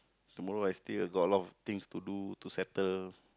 tomorrow I still got a lot of things to do to settle